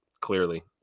clearly